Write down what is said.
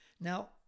Now